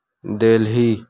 Delhi